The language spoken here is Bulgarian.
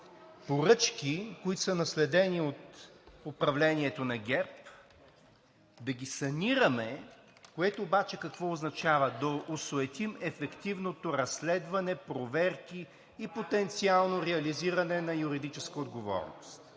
поръчки, които са наследени от управлението на ГЕРБ, да ги санираме, което обаче какво означава? Да осуетим ефективното разследване, проверки и потенциално реализиране на юридическа отговорност.